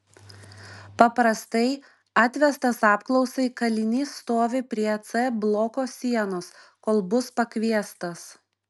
paprastai atvestas apklausai kalinys stovi prie c bloko sienos kol bus pakviestas